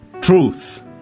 truth